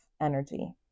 energy